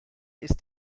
ist